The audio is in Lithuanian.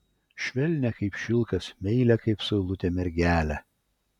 švelnią kaip šilkas meilią kaip saulutė mergelę